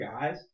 guys